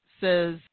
says